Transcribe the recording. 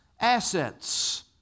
assets